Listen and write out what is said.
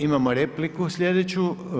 Imamo repliku slijedeću.